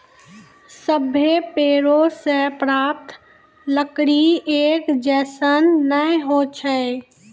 सभ्भे पेड़ों सें प्राप्त लकड़ी एक जैसन नै होय छै